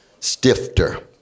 Stifter